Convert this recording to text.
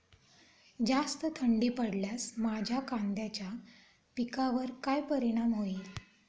जास्त थंडी पडल्यास माझ्या कांद्याच्या पिकावर काय परिणाम होईल?